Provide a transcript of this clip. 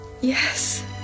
Yes